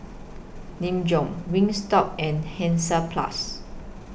Nin Jiom Wingstop and Hansaplast